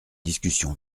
discussion